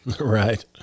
Right